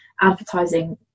advertising